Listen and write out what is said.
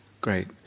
great